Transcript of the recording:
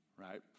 right